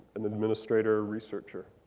and administrator, researcher.